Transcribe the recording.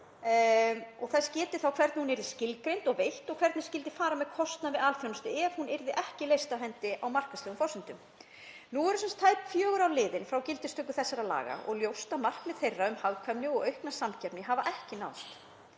og þess getið hvernig hún yrði skilgreind og veitt og hvernig skyldi fara með kostnað við alþjónustu ef hún yrði ekki leyst af hendi á markaðslegum forsendum. Nú eru tæp fjögur ár liðin frá gildistöku þessara laga og ljóst að markmið þeirra um hagkvæmni og aukna samkeppni hafa ekki náðst.